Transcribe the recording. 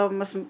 mas